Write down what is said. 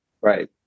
Right